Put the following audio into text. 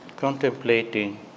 contemplating